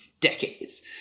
decades